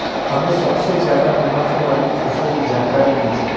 हमें सबसे ज़्यादा मुनाफे वाली फसल की जानकारी दीजिए